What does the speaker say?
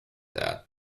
that